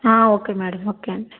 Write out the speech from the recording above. okay madam okay అండి